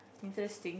interesting